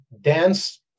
dance